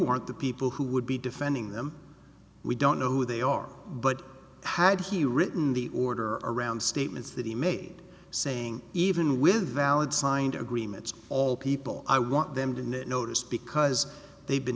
aren't the people who would be defending them we don't know who they are but had he written the order all around statements that he made saying even with valid signed agreements all people i want them to in that notice because they've been